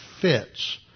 fits